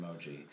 emoji